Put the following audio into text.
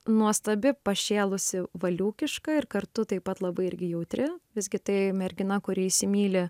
nuostabi pašėlusi valiūkiška ir kartu taip pat labai irgi jautri visgi tai mergina kuri įsimyli